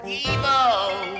evil